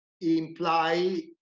imply